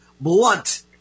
blunt